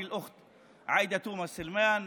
האחות עאידה תומא סלימאן,